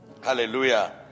Hallelujah